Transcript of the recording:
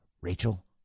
Rachel